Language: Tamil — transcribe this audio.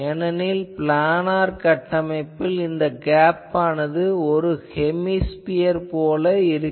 ஏனெனில் ப்ளானார் கட்டமைப்பில் இந்த கேப் ஆனது ஒரு ஹெமிஸ்பியர் போல இருக்கும்